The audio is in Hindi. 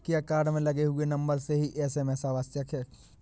क्या कार्ड में लगे हुए नंबर से ही एस.एम.एस आवश्यक है?